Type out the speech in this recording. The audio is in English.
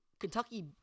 Kentucky